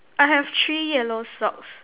I have three yellow socks